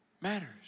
matters